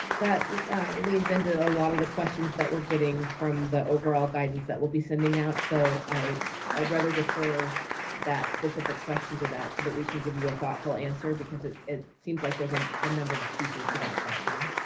that leans into a lot of the questions that we're getting from the overall guidance that will be sending out. so, i'd rather defer that specific question to that so that we can give you a thoughtful answer because it it seems like there's ah a number of pieces to that question.